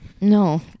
No